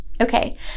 Okay